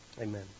Amen